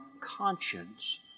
conscience